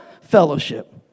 fellowship